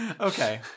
Okay